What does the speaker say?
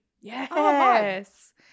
Yes